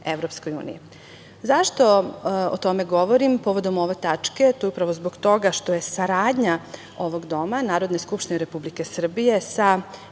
pridružene EU.Zašto o tome govorim povodom ove tačke? Upravo zbog toga što je saradnja ovog doma, Narodne skupštine Republike Srbije sa